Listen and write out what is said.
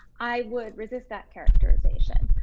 i would resist that characterization.